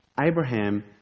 Abraham